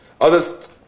Others